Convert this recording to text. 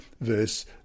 verse